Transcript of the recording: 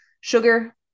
sugar